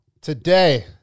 Today